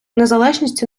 незалежність